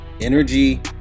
energy